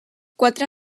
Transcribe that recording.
quatre